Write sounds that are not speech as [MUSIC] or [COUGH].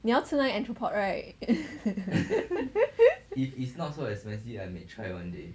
你要吃那个 entrepot right [LAUGHS]